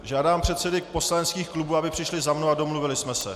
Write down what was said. Žádám předsedy poslaneckých klubů, aby přišli za mnou a domluvili jsme se.